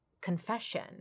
confession